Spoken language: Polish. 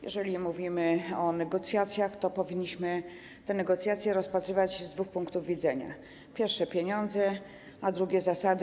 Jeżeli mówimy o negocjacjach, to powinniśmy te negocjacje rozpatrywać z dwóch punktów widzenia: pierwszy - pieniądze, drugi - zasady.